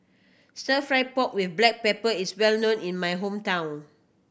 Stir Fried Pork With Black Pepper is well known in my hometown